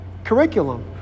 Curriculum